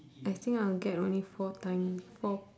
I think I'll get only four time four